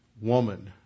woman